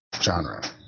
genre